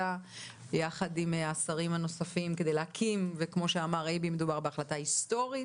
יחד עם השרים הנוספים כדי להקים וכמו שאמר אייבי מדובר בהחלטה היסטורית